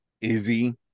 izzy